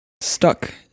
stuck